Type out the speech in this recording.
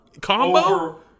combo